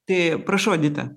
tai prašau edita